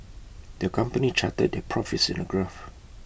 the company charted their profits in A graph